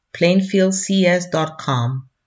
plainfieldcs.com